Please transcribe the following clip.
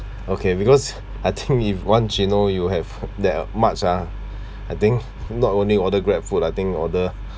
okay because I think if one gino you have that much ah I think not only order Grabfood I think order